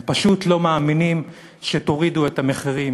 הם פשוט לא מאמינים שתורידו את המחירים,